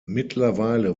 mittlerweile